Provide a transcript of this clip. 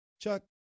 Chuck